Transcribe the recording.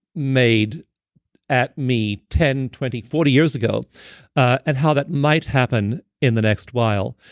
made at me ten, twenty, forty years ago and how that might happen in the next while.